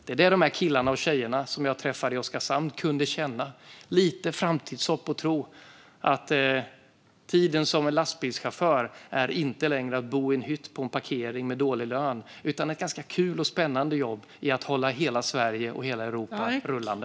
Det är vad killarna och tjejerna som jag träffade i Oskarshamn kunde känna. Det finns lite framtidshopp och tro att tiden som lastbilschaufför inte längre är att bo i en hytt på en parkering med dålig lön utan att det är ett ganska kul och spännande jobb med att hålla hela Sverige och hela Europa rullande.